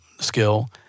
skill